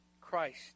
Christ